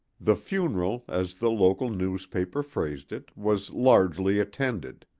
the funeral, as the local newspaper phrased it, was largely attended.